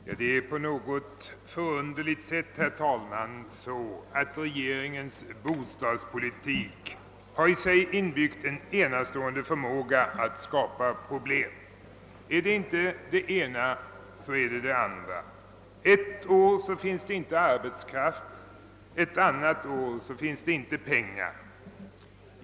Herr talman! På något förunderligt sätt har regeringens bostadspolitik i sig inbyggd en enastående förmåga att skapa problem. Är (det inte det ena, så är det det andra. Ett år finns det ingen arbetskraft, ett annat år finns det inga pengar.